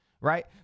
right